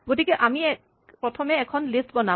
গতিকে প্ৰথমে আমি এখন লিষ্ট বনাম